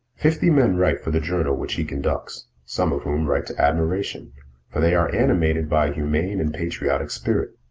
fifty men write for the journal which he conducts, some of whom write to admiration, for they are animated by a humane and patriotic spirit.